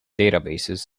databases